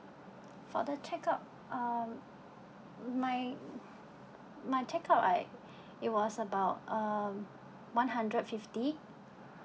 for the check-up um my my check-up I it was about uh one hundred fifty